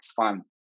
fun